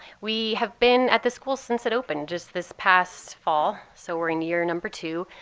we have been at the school since it opened just this past fall. so we're in year number two.